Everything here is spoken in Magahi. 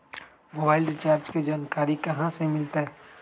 मोबाइल रिचार्ज के जानकारी कहा से मिलतै?